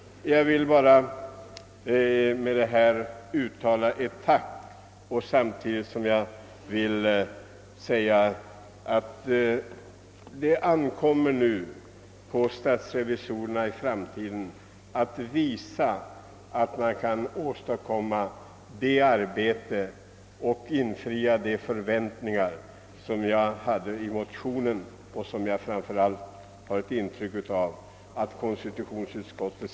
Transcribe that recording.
Jag vill med det anförda uttala mitt tack samtidigt som jag vill understryka att det nu ankommer på statsrevisorerna att i framtiden visa att man kan åstadkomma resultat, som infriar de förväntningar jag framfört i motionen och som jag framför allt har ett intryck av att man hyser inom konstitutionsutskottet.